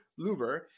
Luber